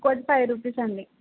ఒక్కోటి five rupees అండి